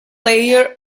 layer